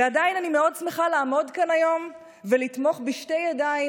ועדיין אני מאוד שמחה לעמוד כאן היום ולתמוך בשתי ידיים